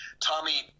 Tommy